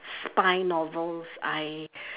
spying all those I